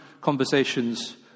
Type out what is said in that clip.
conversations